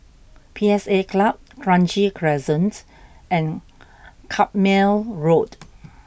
P S A Club Kranji Crescent and Carpmael Road